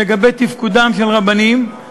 לגבי תפקודם של רבנים.